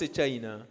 China